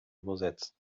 übersetzt